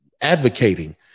advocating